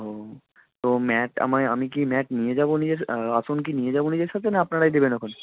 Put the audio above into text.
ও তো ম্যাট আমায় আমি কি ম্যাট নিয়ে যাবো নিয়ে আস আসন কি নিয়ে যাবো নিজের সাথে না আপনারাই দেবেন ওখানে